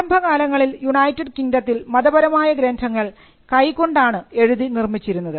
ആരംഭ കാലങ്ങളിൽ യുണൈറ്റഡ് കിങ്ഡത്തിൽ മതപരമായ ഗ്രന്ഥങ്ങൾ കൈ കൊണ്ടാണ് എഴുതി നിർമ്മിച്ചിരുന്നത്